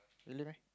really meh